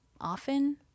often